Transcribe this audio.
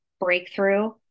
breakthrough